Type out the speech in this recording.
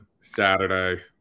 Saturday